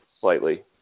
slightly